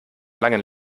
langen